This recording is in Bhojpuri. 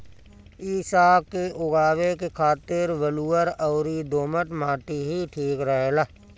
इ साग के उगावे के खातिर बलुअर अउरी दोमट माटी ही ठीक रहेला